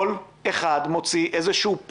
כל אחד מוציא איזשהו push,